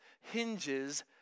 hinges